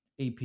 AP